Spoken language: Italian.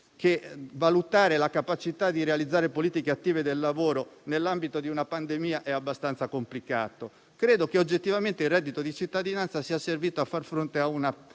che valutare la capacità di realizzare politiche attive del lavoro nell'ambito di una pandemia sia abbastanza complicato. Credo che oggettivamente il reddito di cittadinanza sia servito a far fronte a